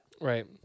Right